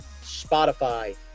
Spotify